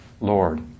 Lord